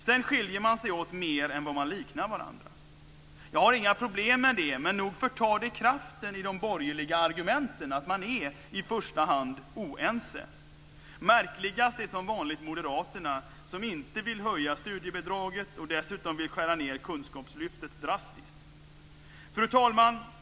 Sedan skiljer man sig åt mer än vad man liknar varandra. Jag har inga problem med det, men nog förtar det kraften i de borgerliga argumenten att man i första hand är oense. Märkligast är som vanligt moderaterna som inte vill höja studiebidraget och dessutom vill skära ned Kunskapslyftet drastiskt. Fru talman!